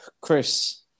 Chris